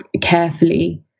carefully